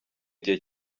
gihe